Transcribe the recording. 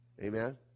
Amen